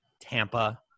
tampa